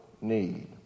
need